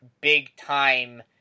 big-time